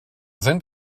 sind